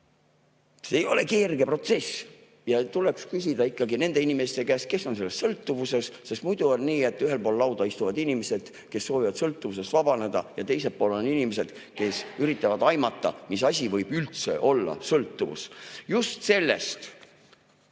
See ei ole kerge protsess. Tuleks küsida ikkagi nende inimeste käest, kes on sellest sõltuvuses. Muidu on nii, et ühel pool lauda istuvad inimesed, kes soovivad sõltuvusest vabaneda, ja teisel pool on inimesed, kes üritavad aimata, mis asi sõltuvus üldse on. Just sellest